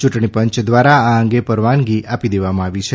ચૂંટણી પંચ દ્વારા આ અંગે પરવાનગી આપી દેવામાં આવી છે